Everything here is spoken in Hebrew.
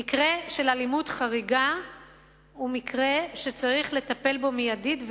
במקרה של אלימות חריגה צריך לטפל מיידית,